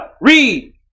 Read